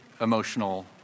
emotional